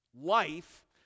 life